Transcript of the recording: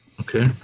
Okay